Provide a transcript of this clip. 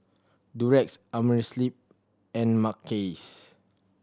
Durex Amerisleep and Mackays